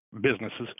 businesses